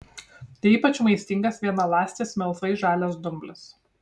tai ypač maistingas vienaląstis melsvai žalias dumblis